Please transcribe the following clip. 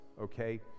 okay